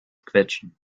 quetschen